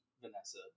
Vanessa